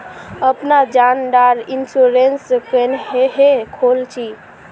अपना जान डार इंश्योरेंस क्नेहे खोल छी?